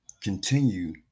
continue